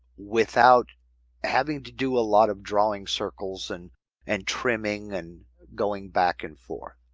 without having to do a lot of drawing circles. and and trimming and going back and forth.